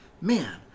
man